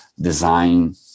design